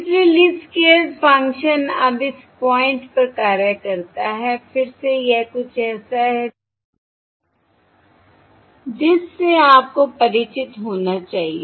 इसलिए least squares function अब इस पॉइंट पर कार्य करता है फिर से यह कुछ ऐसा है जिससे आपको परिचित होना चाहिए